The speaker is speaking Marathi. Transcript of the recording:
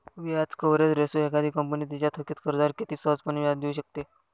व्याज कव्हरेज रेशो एखादी कंपनी तिच्या थकित कर्जावर किती सहजपणे व्याज देऊ शकते